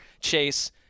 Chase –